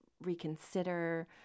reconsider